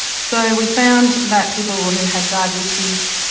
so we found that people who had diabetes,